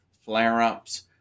flare-ups